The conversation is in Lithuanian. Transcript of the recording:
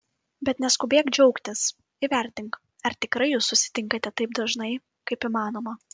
bet neskubėk džiaugtis įvertink ar tikrai jūs susitinkate taip dažnai kaip įmanoma